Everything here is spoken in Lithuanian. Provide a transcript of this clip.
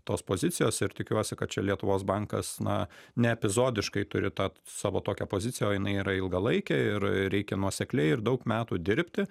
tos pozicijos ir tikiuosi kad čia lietuvos bankas na ne epizodiškai turi tą savo tokią poziciją o jinai yra ilgalaikė ir reikia nuosekliai ir daug metų dirbti